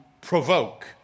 provoke